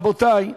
רבותי,